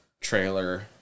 trailer